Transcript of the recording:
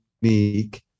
Unique